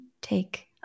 take